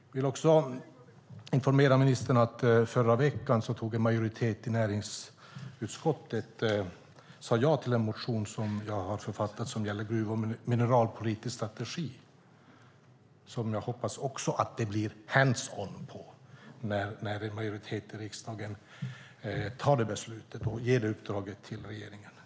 Jag vill informera ministern om att en majoritet i näringsutskottet förra veckan sade ja till en motion jag författat gällande gruv och mineralpolitisk strategi. Jag hoppas att det blir hands on när en majoritet i riksdagen fattar det beslutet och ger det uppdraget till regeringen.